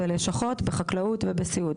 ולשכות בחקלאות ובסיעוד.